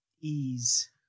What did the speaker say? ease